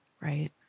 right